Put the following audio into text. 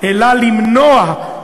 אלא למנוע,